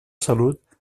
salut